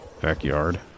backyard